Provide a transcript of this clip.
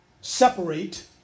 separate